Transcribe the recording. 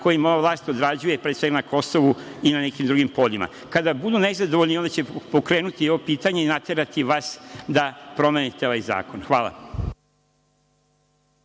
koje vlast odrađuje pre svega na Kosovu i na nekim drugim poljima. Kada budu nezadovoljni, onda će pokrenuti ovo pitanje i naterati vas da promenite ovaj zakon. Hvala.